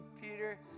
Peter